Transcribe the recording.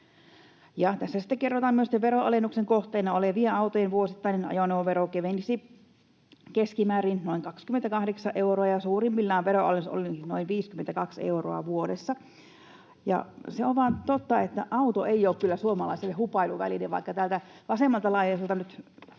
sitten kerrotaan myös, että ”veronalennuksen kohteena olevien autojen vuosittainen ajoneuvovero kevenisi keskimäärin noin 28 euroa” ja ”suurimmillaan veronalennus olisi noin 52 euroa vuodessa”. Se on vaan totta, että auto ei ole kyllä suomalaiselle hupailuväline, vaikka täältä vasemmalta laidalta nyt